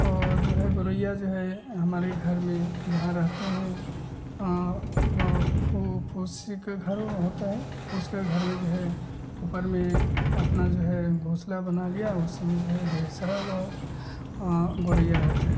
और जो है गौरैया जो है हमारे घर में जहाँ रहते हैं वहाँ फू फूसी का घर वह होता है फूस का घर में जो है ऊपर में अपना जो है घोंसला बना लिया उसी में जो है ढेर सारा वह गौरैया रहती है